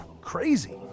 crazy